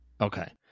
Okay